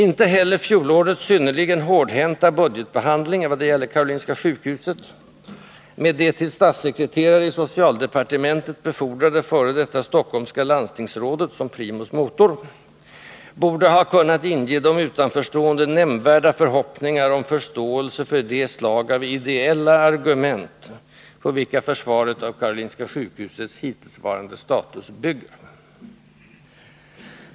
Inte heller fjolårets synnerligen hårdhänta budgetbehandling i vad det gällde Karolinska sjukhuset — med det till statssekreterare i socialdepartementet befordrade f. d. stockholmska landstingsrådet som primus motor — borde ha kunnat inge de utanförstående nämnvärda förhoppningar om förståelse för det slag av ideella argument, på vilka försvaret av Karolinska sjukhusets hittillsvarande status bygger.